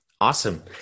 Awesome